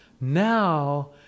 now